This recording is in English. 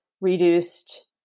reduced